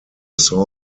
saw